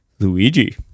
Luigi